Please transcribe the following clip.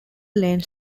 lane